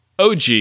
OG